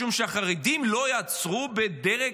משום שהחרדים לא ייעצרו בדרג